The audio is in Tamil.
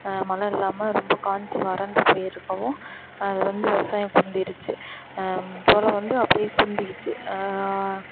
மழை இல்லாமல் ரொம்ப காஞ்சு வறண்டு போயிருக்கவும் அது வந்து விவசாயம் குந்திடிச்சு சோளம் வந்து அப்படியே குந்திகிச்சு